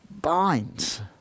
binds